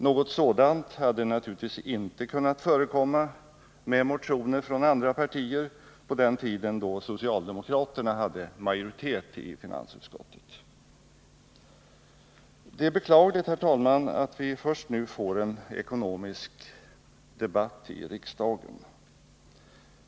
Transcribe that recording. Något sådant hade naturligtvis inte kunnat förekomma med motioner från andra partier på den tiden då socialdemokraterna hade majoritet i finansutskottet. Det är beklagligt, herr talman, att vi först nu får en ekonomisk debatt i riksdagen.